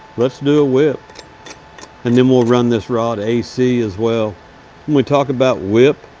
let's do a whip and then we'll run this rod ac as well. when we talk about whip,